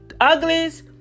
uglies